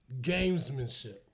gamesmanship